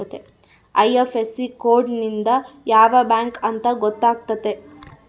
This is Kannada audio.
ಐ.ಐಫ್.ಎಸ್.ಸಿ ಕೋಡ್ ಇಂದ ಯಾವ ಬ್ಯಾಂಕ್ ಅಂತ ಗೊತ್ತಾತತೆ